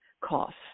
costs